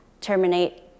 Terminate